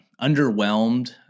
underwhelmed